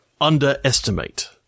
Underestimate